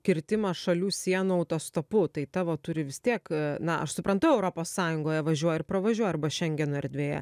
kirtimas šalių sienų autostopu tai tavo turi vis tiek na aš suprantu europos sąjungoje važiuoja ir pravažiuoja arba šengeno erdvėje